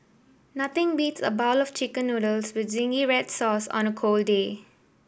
nothing beats a bowl of Chicken Noodles with zingy red sauce on a cold day